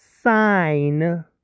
sign